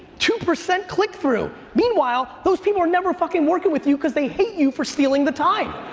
two percent click through! meanwhile, those people are never fucking working with you cause they hate you for stealing the time.